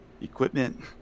equipment